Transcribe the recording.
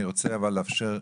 אני רוצה לאפשר,